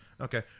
Okay